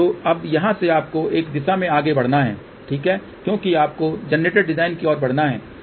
तो अब यहाँ से आपको इस दिशा में आगे बढ़ना है ठीक है क्योंकि आपको जनरेटर डिज़ाइन की ओर बढ़ना है